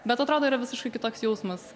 bet atrodo yra visiškai kitoks jausmas